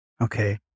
Okay